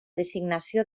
designació